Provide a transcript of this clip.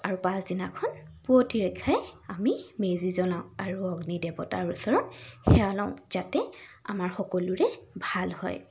আৰু পাছদিনাখন পুৱতি ৰেখাই আমি মেজি জ্বলাওঁ আৰু অগ্নি দেৱতাৰ ওচৰত সেৱা লওঁ যাতে আমাৰ সকলোৰে ভাল হয়